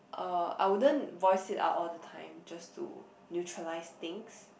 uh I wouldn't voice it out all the time just to neutralize things